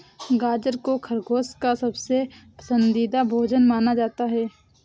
गाजर को खरगोश का सबसे पसन्दीदा भोजन माना जाता है